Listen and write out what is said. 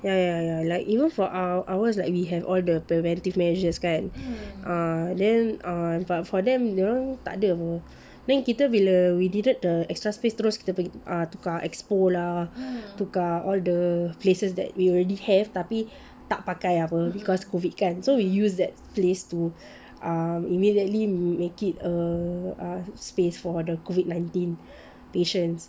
ya ya ya like even for our~ ours like we have all the preventive measures kan err then err but for them dorang tak ada pun I mean kita bila we needed the extra space terus kita pergi tukar expo lah tukar all the places that we already have tapi tak pakai apa because COVID kan so we use that place to um immediately make it a space for the COVID nineteen patients